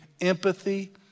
empathy